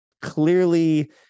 clearly